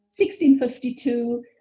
1652